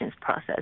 process